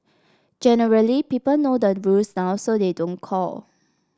generally people know the rules now so they don't call